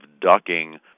ducking